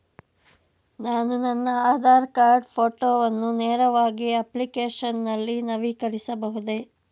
ನಾನು ನನ್ನ ಆಧಾರ್ ಕಾರ್ಡ್ ಫೋಟೋವನ್ನು ನೇರವಾಗಿ ಅಪ್ಲಿಕೇಶನ್ ನಲ್ಲಿ ನವೀಕರಿಸಬಹುದೇ?